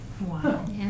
Wow